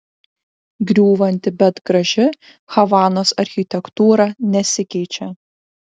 griūvanti bet graži havanos architektūra nesikeičia